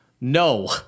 No